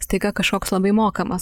staiga kažkoks labai mokamas